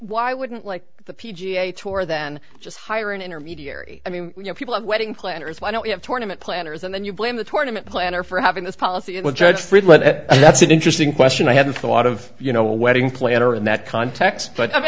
why wouldn't like the p g a tour then just hire an intermediary i mean you know people have wedding planners why don't you have tournament planners and then you blame the tournament planner for having this policy judged that's an interesting question i hadn't thought of you know a wedding planner in that context but i